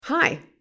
Hi